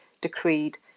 decreed